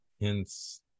Hence